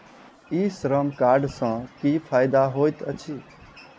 ई Shram card सँ की फायदा होइत अछि?